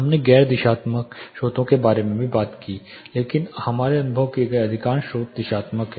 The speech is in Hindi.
हमने गैर दिशात्मक स्रोतों के बारे में बात की थी लेकिन हमारे द्वारा अनुभव किए गए अधिकांश स्रोत दिशात्मक हैं